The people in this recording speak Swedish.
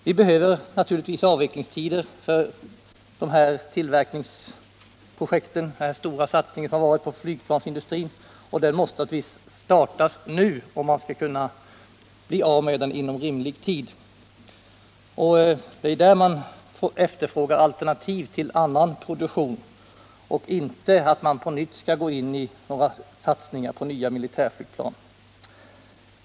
Vi behöver naturligtvis avvecklingstider för de här tillverkningsprojekten, den stora satsning som har varit inom flygplansindustrin, och de måste naturligtvis startas nu om man skall bli av med dem inom rimlig tid. Det är där man efterfrågar alternativ för Nr 36 annan produktion så att man inte på nytt går in för satsningar på nya militärflygplan.